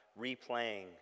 replaying